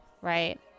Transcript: right